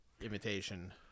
imitation